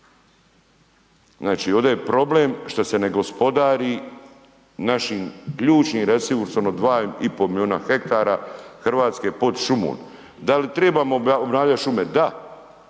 Znači ovdje je problem što se ne gospodari našim ključnim resursom od 2,5 milijuna hektara Hrvatske pod šumom. Dal trebamo obnavljati šume? Da.